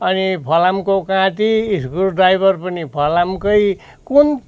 अनि फलामको काँटी स्क्रुड्राइभर पनि फलामकै कुन